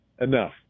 enough